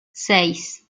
seis